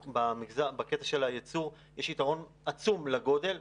בקטע של הייצור יש יתרון עצום לגודל,